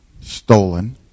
stolen